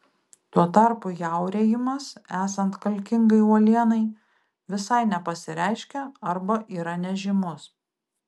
tuo tarpu jaurėjimas esant kalkingai uolienai visai nepasireiškia arba yra nežymus